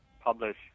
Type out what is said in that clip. publish